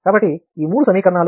కాబట్టి ఈ మూడు సమీకరణాలు